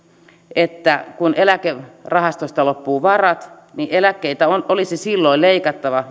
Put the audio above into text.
että kun eläkerahastoista loppuvat varat niin joko eläkkeitä olisi silloin leikattava